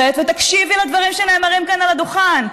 ותקשיבי לדברים שנאמרים כאן על הדוכן.